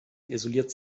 isoliert